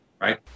right